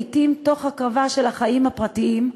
לעתים תוך הקרבה של החיים הפרטיים,